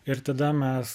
ir tada mes